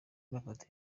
mafoto